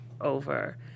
over